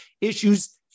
issues